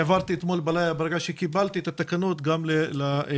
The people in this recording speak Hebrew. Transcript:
העברתי אתמול בלילה את התקנות גם לחברי